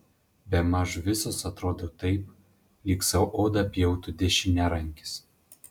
bemaž visos atrodo taip lyg sau odą pjautų dešiniarankis